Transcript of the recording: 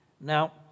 Now